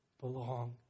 belong